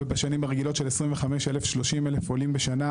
ובשנים הרגילות של 25,000 עד 30,000 עולים בשנה,